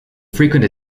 frequent